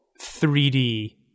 3D